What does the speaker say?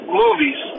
movies